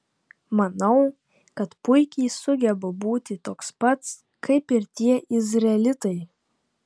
manau kad puikiai sugebu būti toks pats kaip ir tie izraelitai